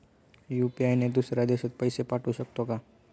UPI ने दुसऱ्या देशात पैसे पाठवू शकतो का?